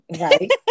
Right